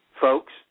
folks